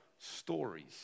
stories